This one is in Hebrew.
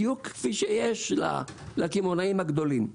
בדיוק כפי שיש לקמעוניים הגדולים,